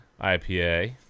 IPA